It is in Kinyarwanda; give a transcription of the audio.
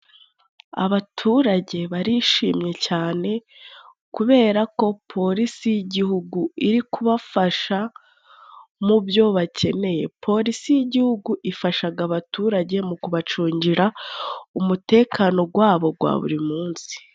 Abaturage barishimye cyane, kubera ko polisi y'igihugu iri kubafasha mu byo bakeneye, polisi y'igihugu ifasha abaturage mu kubacungira, umutekano wabo wa buri munsi.